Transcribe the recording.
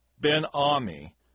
Ben-Ami